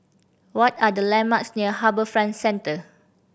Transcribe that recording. what are the landmarks near HarbourFront Centre